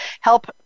help